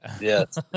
yes